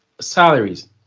salaries